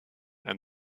and